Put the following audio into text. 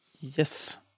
Yes